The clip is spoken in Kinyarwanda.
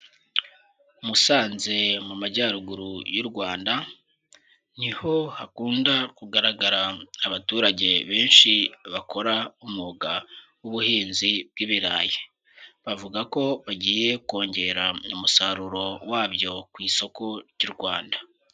Musanze mu Majyaruguru y'u Rwanda, ni ho hakunda kugaragara abaturage benshi bakora umwuga w'ubuhinzi bw'ibirayi. Bavuga ko bagiye kongera umusaruro wabyo ku isoko ry'u Rwanda.